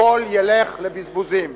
הכול ילך לבזבוזים.